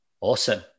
Awesome